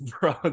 Bro